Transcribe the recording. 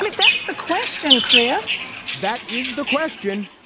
like that's the question, krafts that is the question.